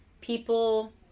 people